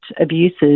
abuses